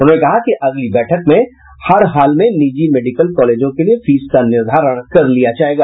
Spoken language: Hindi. उन्होंने कहा कि अगली बैठक में हरहाल में निजी मेडिकल कॉलेजों के लिए फीस का निर्धारण कर लिया जायेगा